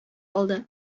алды